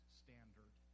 standard